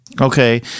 Okay